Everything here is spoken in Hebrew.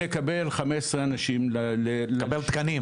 נקבל 15 אנשים ל --- אתה תקבל תקנים,